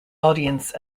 audience